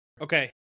Okay